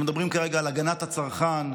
אנחנו מדברים כרגע על הגנת הצרכן.